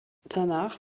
danach